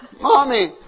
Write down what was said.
Mommy